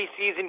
preseason